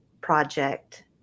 project